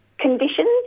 conditions